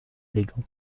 élégant